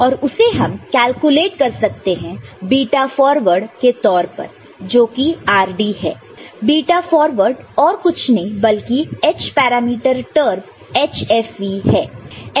और उसे हम कैलकुलेट कर सकते हैं बीटा फॉरवर्ड के तौर पर जो कि rd है बीटा फॉरवर्ड और कुछ नहीं बल्कि h पैरामीटर टर्म hfe है